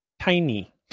tiny